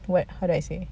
wait how do I say